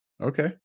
Okay